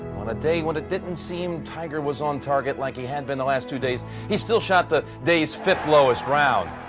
on a day when it didn't seem, tiger was on target like he had been the last two days. he still shot the day's fifth. lowest round.